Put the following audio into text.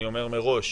אני אומר מראש